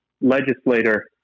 legislator